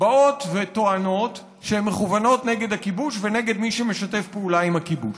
באות וטוענות שהן מכוונות נגד הכיבוש ונגד מי שמשתף פעולה עם הכיבוש.